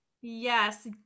Yes